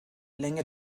länge